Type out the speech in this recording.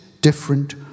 different